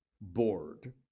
bored